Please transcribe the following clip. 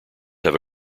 have